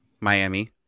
Miami